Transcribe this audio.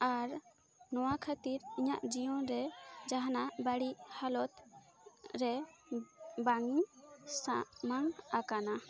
ᱟᱨ ᱱᱚᱣᱟ ᱠᱷᱟᱹᱛᱤᱨ ᱤᱧᱟᱹᱜ ᱡᱤᱭᱚᱱ ᱨᱮ ᱡᱟᱦᱟᱱᱟᱜ ᱵᱟᱹᱲᱤᱡ ᱦᱟᱞᱚᱛ ᱨᱮ ᱵᱟᱝᱤᱧ ᱥᱟᱢᱟᱝ ᱟᱠᱟᱱᱟ